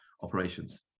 operations